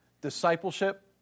discipleship